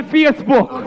Facebook